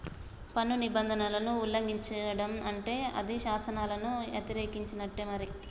పన్ను నిబంధనలను ఉల్లంఘిచడం అంటే అది శాసనాలను యతిరేకించినట్టే మరి